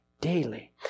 daily